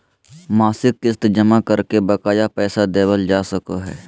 मासिक किस्त जमा करके बकाया पैसा देबल जा सको हय